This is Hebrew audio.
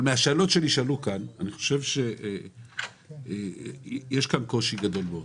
אבל מהשאלות שנשאלו כאן אני חושב שיש כאן קושי גדול מאוד,